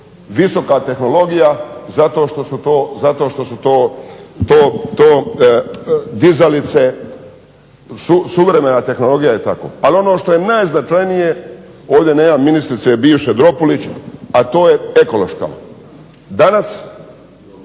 visoka tehnologija, zato što su to dizalice, suvremena tehnologija i tako. Ali ono što je najznačajnije, ovdje nema ministrice bivše Dropulić, a to je ekološka.